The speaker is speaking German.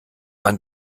man